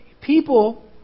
people